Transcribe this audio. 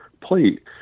plate